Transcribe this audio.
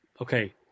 okay